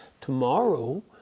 tomorrow